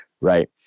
right